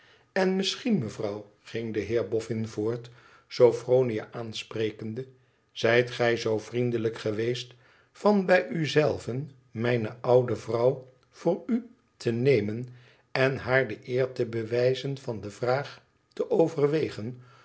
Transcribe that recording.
en misschien mevrouw ging de heer boffin voort sophronia aansprekende zijt gij zoo vriendelijk geweest van bij u zelve mijne oude vrouw voor u te nemen en haar de eer te bewijzen van de vraag te overwegen